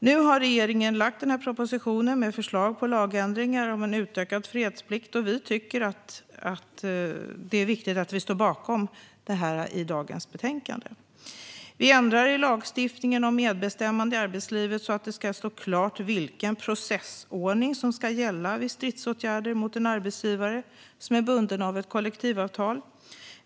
Nu har regeringen lagt fram en proposition med förslag på lagändringar om utökad fredsplikt, och vi tycker att det är viktigt att stå bakom detta i dagens betänkande. Vi ändrar i lagstiftningen om medbestämmande i arbetslivet så att det ska stå klart vilken processordning som ska gälla vid stridsåtgärder mot en arbetsgivare som är bunden av ett kollektivavtal.